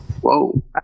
Whoa